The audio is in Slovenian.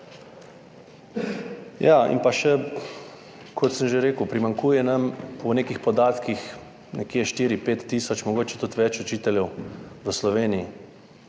pa še, kot sem že rekel, primanjkuje nam po nekih podatkih nekje 4, 5 tisoč, mogoče tudi več učiteljev v Sloveniji